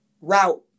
route